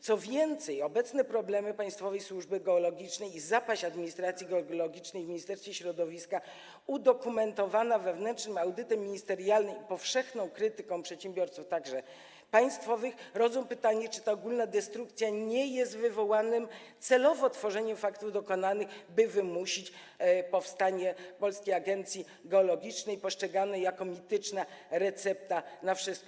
Co więcej, obecne problemy państwowej służby geologicznej i zapaść administracji geologicznej w Ministerstwie Środowiska udokumentowana wewnętrznym audytem ministerialnym i powszechną krytyką przedsiębiorców, także państwowych, rodzą pytanie, czy ta ogólna destrukcja nie jest wywołana celowo, nie jest tworzeniem faktów dokonanych, by wymusić powstanie Polskiej Agencji Geologicznej postrzeganej jako mityczna recepta na wszystko.